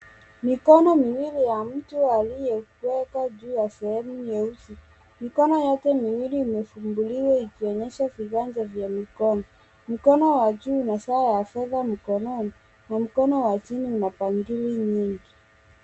Mikono miwili ya mtu aliyeweka juu ya sehemu nyeusi. Mikono yote miwili imefunguliwa kuonyesha viganja vya mikono. Mkono wa juu una saa ya fedha na mkono wa chini una bangili nyingi.